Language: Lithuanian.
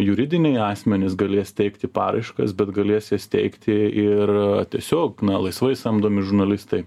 juridiniai asmenys galės teikti paraiškas bet galės jas teikti ir tiesiog na laisvai samdomi žurnalistai